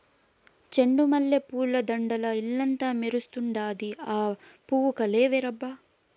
చెండు మల్లె పూల దండల్ల ఇల్లంతా మెరుస్తండాది, ఆ పూవు కలే వేరబ్బా